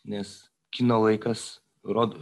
nes kino laikas rodo